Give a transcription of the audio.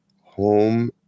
home